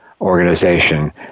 organization